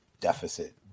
deficit